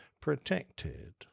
protected